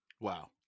Wow